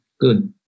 Good